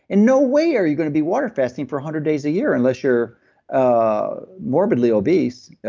and no way are you going to be water fasting for a hundred days a year unless you're a morbidly obese,